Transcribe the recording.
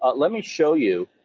ah let me show you,